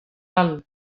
all